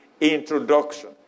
introduction